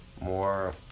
more